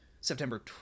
September